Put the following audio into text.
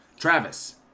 Travis